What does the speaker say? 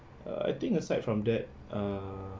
err I think aside from that err